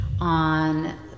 on